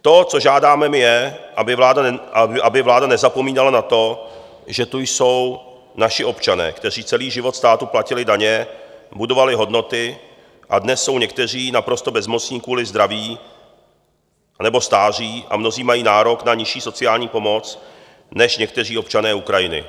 To, co žádáme, je, aby vláda nezapomínala na to, že jsou tu naši občané, kteří celý život státu platili daně, budovali hodnoty a dnes jsou někteří naprosto bezmocní kvůli zdraví nebo stáří a mnozí mají nárok na nižší sociální pomoc než někteří občané Ukrajiny.